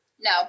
No